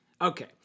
Okay